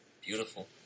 beautiful